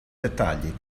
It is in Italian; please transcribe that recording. dettagli